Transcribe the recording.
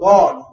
God